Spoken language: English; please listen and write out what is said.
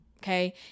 Okay